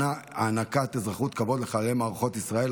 הענקת אזרחות כבוד לחללי מערכות ישראל,